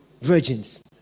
virgins